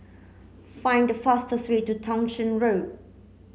find the fastest way to Townshend Road